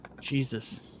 Jesus